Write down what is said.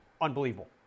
unbelievable